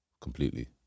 completely